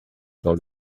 dans